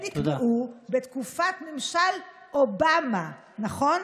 הם נקבעו בתקופת ממשל אובמה, נכון?